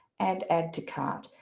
and add to cart.